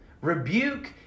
Rebuke